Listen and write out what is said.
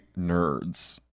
nerds